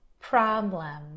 problem